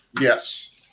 Yes